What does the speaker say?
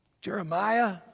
Jeremiah